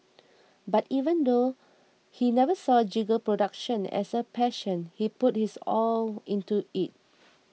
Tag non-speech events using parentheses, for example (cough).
(noise) but even though he never saw jingle production as a passion he put his all into it